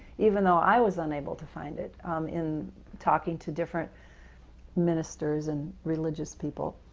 even though i was unable to find it in talking to different ministers and religious people.